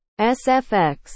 SFX